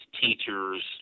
teachers